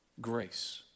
Grace